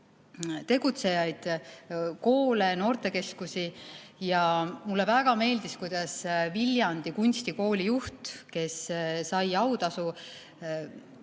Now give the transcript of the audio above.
tegutsejaid, koole ja noortekeskusi. Ja mulle väga meeldis, kuidas Viljandi Kunstikooli juht, kes sai autasu,